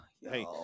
hey